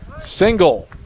single